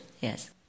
yes